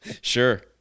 Sure